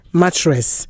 mattress